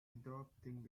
interrupting